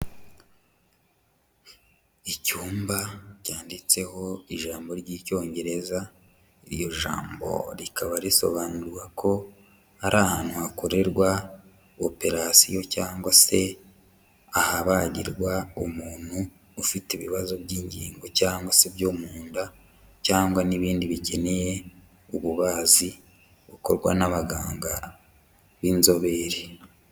Icyumba cyanditseho ijambo ry'icyongereza, iryo jambo rikaba risobanura ko ari ahantu hakorerwa operation cyangwa se ahabagirwa umuntu ufite ibibazo by'ingingo cyangwa se byo mu nda cyangwa n'ibindi bikeneye ububazi bukorwa n'abaganga b'inzobere.